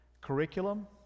curriculum